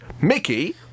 Mickey